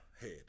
head